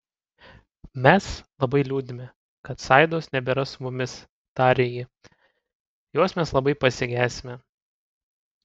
mes labai liūdime kad saidos nebėra su mumis tarė ji jos mes labai pasigesime